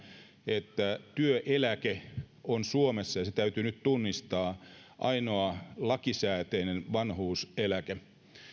että työeläke on suomessa ja se täytyy nyt tunnistaa ainoa lakisääteinen vanhuuseläke